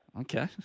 Okay